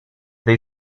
they